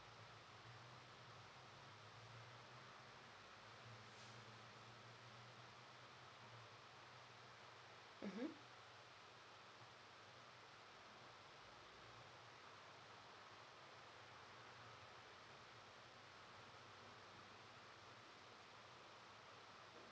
mmhmm